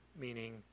meaning